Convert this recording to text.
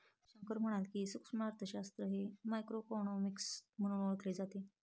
शंकर म्हणाले की, सूक्ष्म अर्थशास्त्र हे मायक्रोइकॉनॉमिक्स म्हणूनही ओळखले जाते